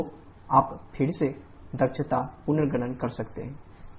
तो आप फिर से दक्षता पुनर्गणना कर सकते हैं